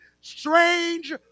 strange